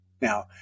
Now